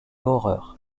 horreur